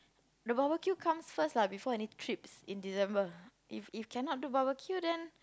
the barbecue comes first lah before any trips in December if if cannot do barbecue then